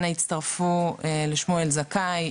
אנא הצטרפו לשמואל זכאי,